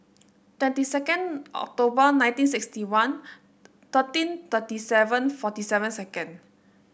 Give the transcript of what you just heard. twenty second October nineteen sixty one thirteen thirty seven forty seven second